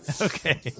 okay